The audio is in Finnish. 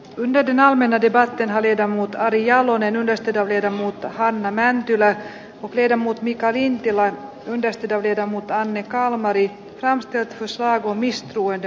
linde dynaaminen eivät enää riitä mutta ari jalonen on testata viedä mutta hanna mäntylän opri ja muut mika lintilää yhdestä todeta mutta anne kalmari ramstedt osaa komistuu ja